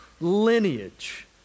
lineage